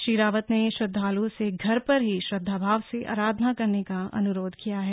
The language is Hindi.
श्री रावत ने श्रद्वालुओं से घर पर ही श्रद्वाभाव से आराधना करने का अनुरोध किया है